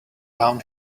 down